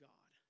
God